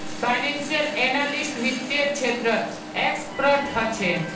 financial analyst वित्त्तेर क्षेत्रत expert ह छे